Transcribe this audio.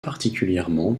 particulièrement